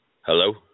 Hello